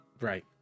Right